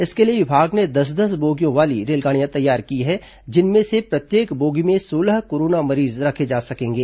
इसके लिए विभाग ने दस दस बोगियों वाली रेलगाड़ियां तैयार की हैं जिनमें से प्रत्येक बोगी में सोलह कोरोना मरीज रखे जा सकेंगे